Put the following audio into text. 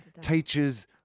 teachers